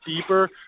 deeper